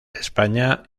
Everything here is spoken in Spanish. españa